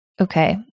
Okay